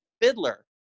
Fiddler